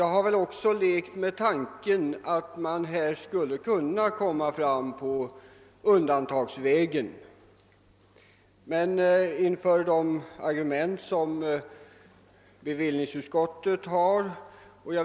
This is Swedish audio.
Jag har väl lekt med tanken att komma till rätta med det genom att införa undantag.